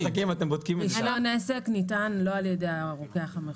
רישיון עסק ניתן לא על ידי הרוקח המחוזי.